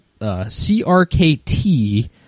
CRKT